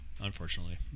unfortunately